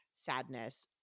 sadness